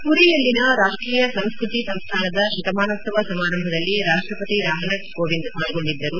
ಪುರಿಯಲ್ಲಿನ ರಾಷ್ಟೀಯ ಸಂಸ್ಕತಿ ಸಂಸ್ಕಾನದ ಶತಮಾನೋತ್ಸವ ಸಮಾರಂಭದಲ್ಲಿ ರಾಷ್ಟಪತಿ ರಾಮನಾಥ್ ಕೋವಿಂದ್ ಪಾಲ್ಗೊಂಡಿದ್ದರು